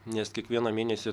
nes kiekvieną mėnesį